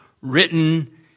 written